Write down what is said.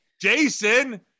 Jason